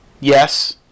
Yes